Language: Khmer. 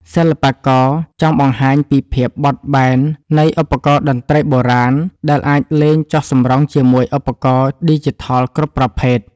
សិល្បករចង់បង្ហាញពីភាពបត់បែននៃឧបករណ៍តន្ត្រីបុរាណ ដែលអាចលេងចុះសម្រុងជាមួយឧបករណ៍ឌីជីថលគ្រប់ប្រភេទ។